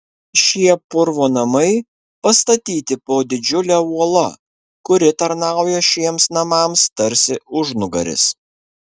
šie purvo namai pastatyti po didžiule uola kuri tarnauja šiems namams tarsi užnugaris